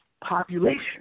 population